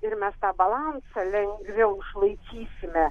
ir mes tą balansą lengviau išlaikysime